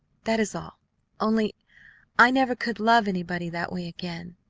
that is all only i never could love anybody that way again.